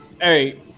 Hey